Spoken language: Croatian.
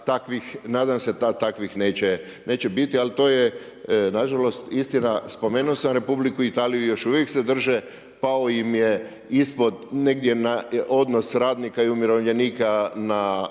Nadam se da takvih neće biti, ali to je nažalost istina. Spomenuo sam Republiku Italiju, još uvijek se drže, pao im je ispod negdje odnos radnika i umirovljenika na